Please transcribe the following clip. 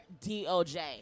DOJ